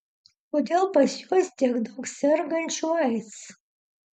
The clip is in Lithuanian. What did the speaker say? kodėl pas juos tiek daug sergančių aids